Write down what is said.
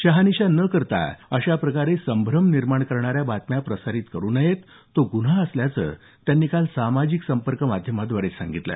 शहानिशा न करता अशा प्रकारे संभ्रम निर्माण करणाऱ्या बातम्या प्रसारित करु नयेत तो गुन्हा असल्याचं त्यांनी काल सामाजिक संपर्क माध्यमाद्वारे सांगितलं